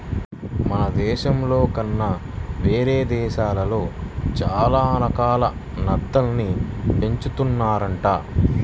మన దేశంలో కన్నా వేరే దేశాల్లో చానా రకాల నత్తల్ని పెంచుతున్నారంట